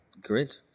great